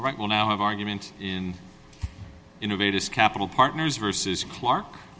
right well now of argument in innovators capital partners versus clark